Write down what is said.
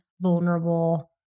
vulnerable